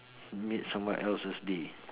made someone else's day